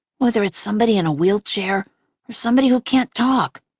whether it's somebody in a wheelchair or somebody who can't talk.